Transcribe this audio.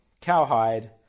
cowhide